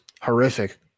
horrific